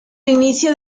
inicio